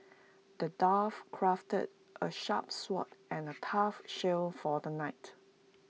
the dwarf crafted A sharp sword and A tough shield for the knight